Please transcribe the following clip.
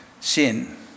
sin